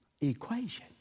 equation